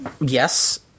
Yes